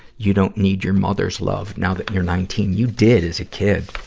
you don't need your mother's love, now that you're nineteen. you did as a kid.